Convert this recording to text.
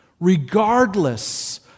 regardless